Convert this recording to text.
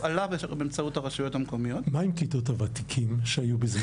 הפעלה באמצעות הרשויות המקומיות --- מה עם כיתות הוותיקים שהיו בזמנו?